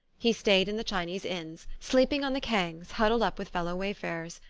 he stayed in the chinese inns, sleeping on the kangs huddled up with fellow wayfarers,